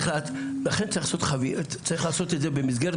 לכן צריך לעשות את זה במסגרת,